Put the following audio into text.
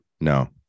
No